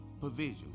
provision